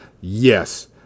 Yes